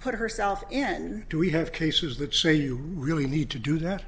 put herself in do we have cases that say you really need to do